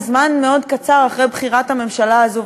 זמן מאוד קצר אחרי בחירת הממשלה הזו,